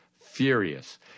furious